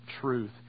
truth